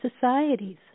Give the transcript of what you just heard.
societies